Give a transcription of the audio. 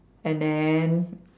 and then